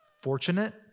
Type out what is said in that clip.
fortunate